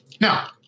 Now